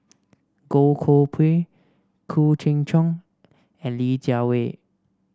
Goh Koh Pui Khoo Cheng Tiong and Li Jiawei